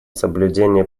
соблюдении